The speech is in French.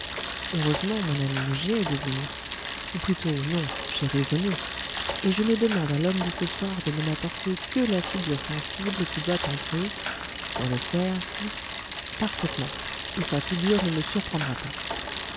heureusement mon ami j'ai deviné ou plutôt non j'ai raisonné et je ne demande à l'homme de ce soir de ne m'apporter que la figure sensible qui doit entrer dans le cercle parfaitement et sa figure ne me surprendra pas